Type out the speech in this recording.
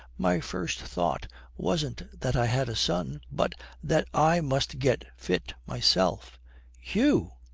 my first thought wasn't that i had a son, but that i must get fit myself you!